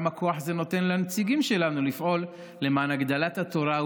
וכמה כוח זה נותן לנציגים שלנו לפעול למען הגדלת התורה,